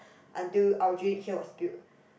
until Aljunied here was build